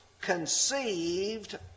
conceived